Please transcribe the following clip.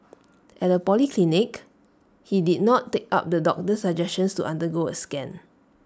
at A polyclinic he did not take up the doctor's suggestion to undergo A scan